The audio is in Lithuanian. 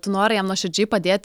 tu nori jam nuoširdžiai padėt